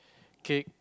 cake